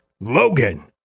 Logan